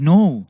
No